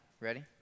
ready